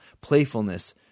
playfulness